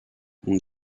und